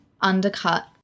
undercut